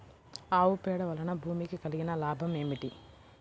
ఆవు పేడ వలన భూమికి కలిగిన లాభం ఏమిటి?